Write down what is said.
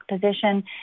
position